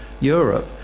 Europe